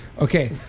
Okay